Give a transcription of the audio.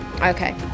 Okay